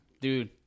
Dude